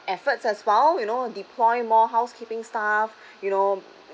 efforts as well you know deploy more housekeeping staff you know